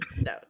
No